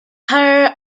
her